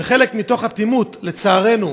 וחלק, מתוך אטימות, לצערנו,